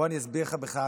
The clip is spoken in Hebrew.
בוא אני אסביר לך בכלל